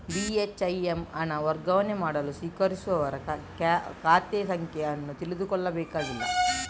ಬಿ.ಹೆಚ್.ಐ.ಎಮ್ ಹಣ ವರ್ಗಾವಣೆ ಮಾಡಲು ಸ್ವೀಕರಿಸುವವರ ಖಾತೆ ಸಂಖ್ಯೆ ಅನ್ನು ತಿಳಿದುಕೊಳ್ಳಬೇಕಾಗಿಲ್ಲ